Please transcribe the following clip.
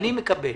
אני מקבל.